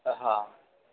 હા